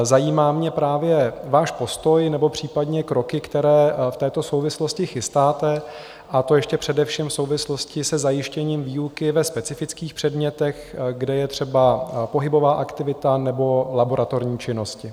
Zajímá mě právě váš postoj nebo případně kroky, které v této souvislosti chystáte, a to ještě především v souvislosti se zajištěním výuky ve specifických předmětech, kde je třeba pohybová aktivita nebo laboratorní činnosti.